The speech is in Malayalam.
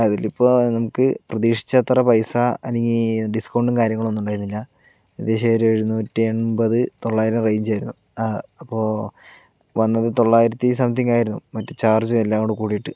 അതിലിപ്പോൾ നമുക്ക് പ്രതീക്ഷിച്ച അത്ര പൈസ അല്ലങ്കിൽ സിസ്കൗണ്ടും കാര്യങ്ങളൊന്നും ഉണ്ടായിരുന്നില്ല ഇത് ശരി എഴുന്നൂറ്റമ്പത് തൊള്ളായിരം റേഞ്ച് ആയിരുന്നു ആ അപ്പോൾ വന്നത് തൊള്ളായിരത്തി സംതിങ് ആയിരുന്നു മറ്റ് ചാർജും എല്ലാം കൂടെ കൂടീട്ട്